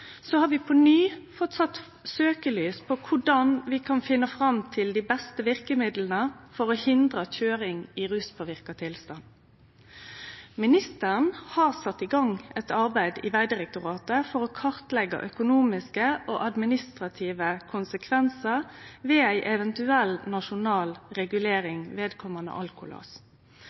har vi på ny fått sett søkjelys på korleis vi kan finne fram til dei beste verkemidla for å hindre køyring i ruspåverka tilstand. Ministeren har sett i gang eit arbeid i Vegdirektoratet for å kartleggje økonomiske og administrative konsekvensar ved ei eventuell nasjonal regulering av alkolås.